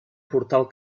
portal